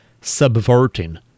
subverting